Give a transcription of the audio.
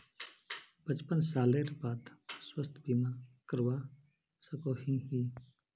पचपन सालेर बाद स्वास्थ्य बीमा करवा सकोहो ही?